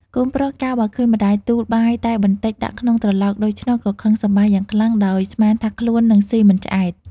កូនប្រុសកាលបើឃើញម្ដាយទូលបាយតែបន្តិចដាក់ក្នុងត្រឡោកដូច្នោះ ក៏ខឹងសម្បារយ៉ាងខ្លាំង ដោយស្មានថាខ្លួននឹងស៊ីមិនឆ្អែត។